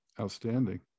Outstanding